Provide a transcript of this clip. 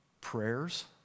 prayers